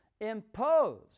imposed